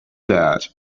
that